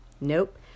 Nope